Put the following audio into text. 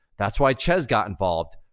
that's why chezz got involved.